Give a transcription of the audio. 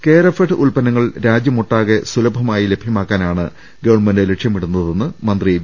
കേരഫെഡ് ഉൽപ്പന്നങ്ങൾ രാജ്യത്തൊട്ടാകെ സുലഭമായി ലഭ്യമാക്കാനാണ് ഗവൺമെൻറ് ലക്ഷ്യമിടുന്നതെന്ന് മന്ത്രി വി